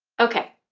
okay?